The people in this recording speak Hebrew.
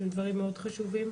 שהם דברים מאוד חשובים.